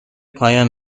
پایان